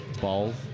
Balls